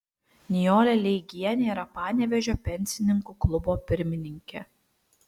nijolė leigienė yra panevėžio pensininkų klubo pirmininkė